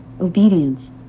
obedience